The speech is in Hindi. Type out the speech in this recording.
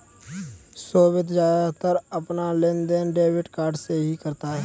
सोभित ज्यादातर अपना लेनदेन डेबिट कार्ड से ही करता है